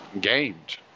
gained